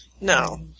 No